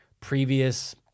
previous